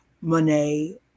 Monet